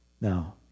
Now